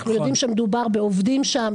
אנחנו יודעים שמדובר בעובדים שם,